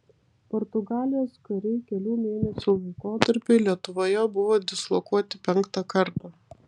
portugalijos kariai kelių mėnesių laikotarpiui lietuvoje buvo dislokuoti penktą kartą